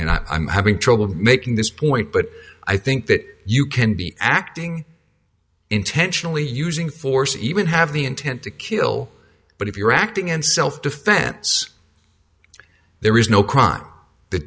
and i'm having trouble making this point but i think that you can be acting intentionally using force even have the intent to kill but if you're acting in self defense there is no crime the